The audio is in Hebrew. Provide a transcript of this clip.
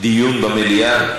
דיון במליאה?